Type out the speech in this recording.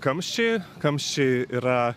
kamščiai kamščiai yra